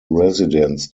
residents